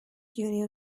duty